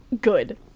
Good